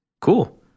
Cool